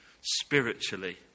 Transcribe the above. spiritually